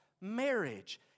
marriage